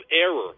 error